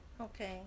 Okay